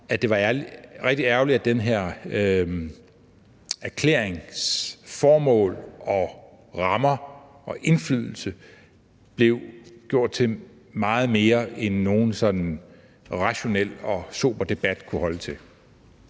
at det var rigtig ærgerligt, at den her erklærings formål, rammer og indflydelse blev gjort til meget mere, end nogen sådan rationel og sober debat kunne holde til.